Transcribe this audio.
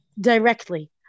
directly